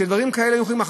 שדברים כאלה יהיו.